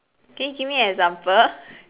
can you give me an example